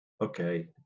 okay